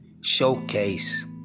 showcase